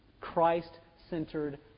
Christ-centered